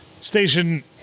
Station